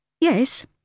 Yes